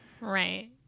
right